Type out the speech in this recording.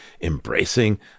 embracing